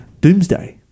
doomsday